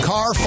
Car